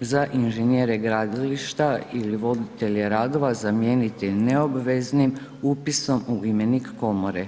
za inženjere gradilišta ili voditelje radova zamijeniti neobveznim upisom u imenik komore.